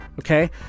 okay